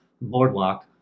boardwalk